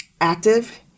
active